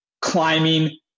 climbing